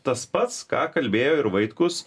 tas pats ką kalbėjo ir vaitkus